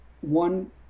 One